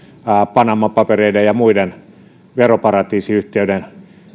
panaman papereiden ja muiden osoittamalla tavalla veroparatiisiyhtiöiden